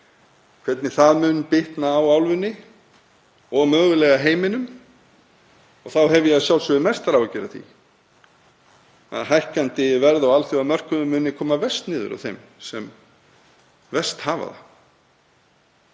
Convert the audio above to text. hvernig það mun bitna á álfunni og mögulega heiminum. Þá hef ég að sjálfsögðu mestar áhyggjur af því að hækkandi verð á alþjóðamörkuðum muni koma verst niður á þeim sem verst hafa það.